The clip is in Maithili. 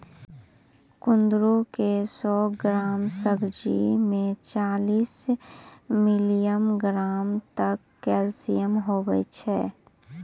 कुंदरू के सौ ग्राम सब्जी मे चालीस मिलीग्राम तक कैल्शियम हुवै छै